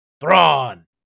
thrawn